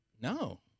No